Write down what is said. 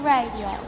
Radio